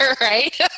right